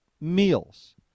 meals